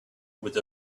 with